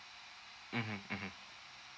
mmhmm mmhmm